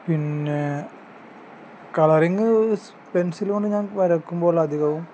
പിന്നെ colouring pencil കൊണ്ട് ഞാൻ വരക്കുമ്പോൾ അധികവും